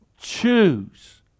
choose